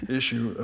issue